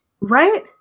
Right